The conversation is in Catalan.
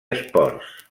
esports